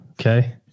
Okay